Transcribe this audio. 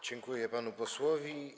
Dziękuję panu posłowi.